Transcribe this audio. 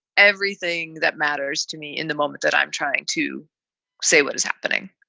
everything that matters to me in the moment that i'm trying to say what is happening?